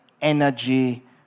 energy